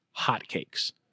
hotcakes